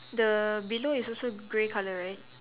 the below is also grey color right